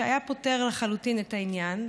שהיה פותר לחלוטין את העניין,